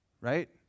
right